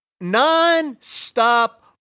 non-stop